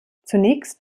zunächst